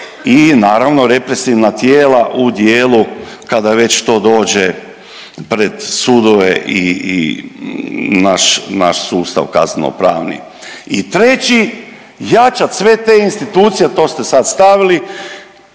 i naravno represivna tijela u dijelu kada već to dođe pred sudove i naš sustav kasno pravni. I treći, jačati sve te institucije, a to ste sad stavili,